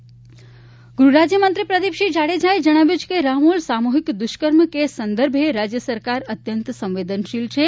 પ્રદિપસિંહ ગૃહરાજ્યમંત્રી પ્રદિપસિંહ જાડેજાએ જણાવ્યું છે કે રામોલ સામૂહિક દુષ્કર્મ કેસ સંદર્ભે રાજ્ય સરકાર અત્યંત સંવેદનશીલ છે